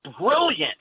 brilliant